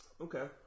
Okay